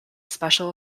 special